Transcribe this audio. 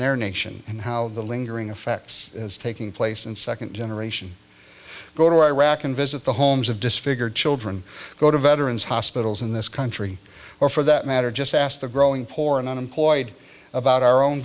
their nation and how the lingering effects taking place and second generation go to iraq and visit the homes of disfigured children go to veterans hospitals in this country or for that matter just ask the growing poor and unemployed about our own